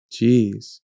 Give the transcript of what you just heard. Jeez